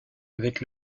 avec